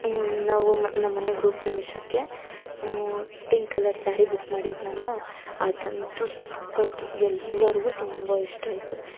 ನಾವು ನಮ್ಮನೆ ಗೃಹಪ್ರವೇಶಕ್ಕೆ ಪಿಂಕ್ ಕಲರ್ ಸಾರಿ ಬುಕ್ ಮಾಡಿದ್ದೆನಲ್ಲ ಅದಂತೂ ಸಖತ್ತು ಎಲ್ಲರಿಗೂ ತುಂಬ ಇಷ್ಟ ಆಯಿತು